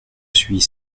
suis